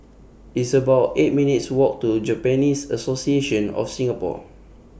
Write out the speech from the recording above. It's about eight minutes' Walk to Japanese Association of Singapore